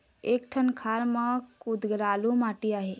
एक ठन खार म कुधरालू माटी आहे?